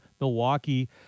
Milwaukee